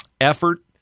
effort